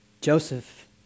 Joseph